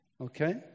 Okay